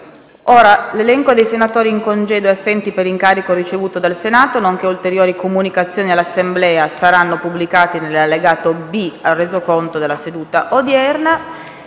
L'elenco dei senatori in congedo e assenti per incarico ricevuto dal Senato, nonché ulteriori comunicazioni all'Assemblea saranno pubblicati nell'allegato B al Resoconto della seduta odierna.